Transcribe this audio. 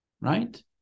Right